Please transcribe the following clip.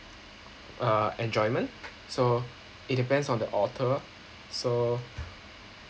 uh enjoyment so it depends on the author so